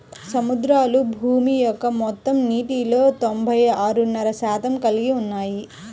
సముద్రాలు భూమి యొక్క మొత్తం నీటిలో తొంభై ఆరున్నర శాతం కలిగి ఉన్నాయి